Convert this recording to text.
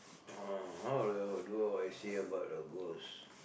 oh how I do do I say about a ghost